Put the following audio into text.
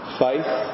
faith